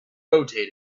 rotating